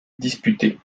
disputé